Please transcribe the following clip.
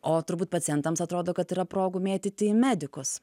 o turbūt pacientams atrodo kad yra progų mėtyti į medikus